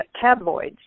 tabloids